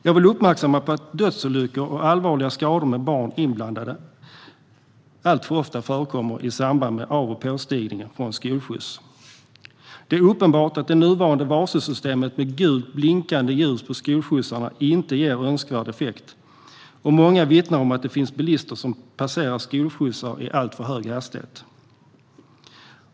Jag vill uppmärksamma att dödsolyckor och allvarliga skador med barn inblandade alltför ofta förekommer i samband med av och påstigningar från skolskjuts. Det är uppenbart att det nuvarande varselsystemet med gult blinkande ljus på skolskjutsarna inte ger önskvärd effekt. Många vittnar om att det finns bilister som passerar skolskjutsar i alltför hög hastighet.